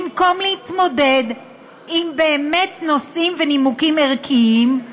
במקום להתמודד עם נושאים ונימוקים באמת ערכיים,